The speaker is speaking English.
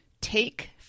take